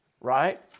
right